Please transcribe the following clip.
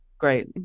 Great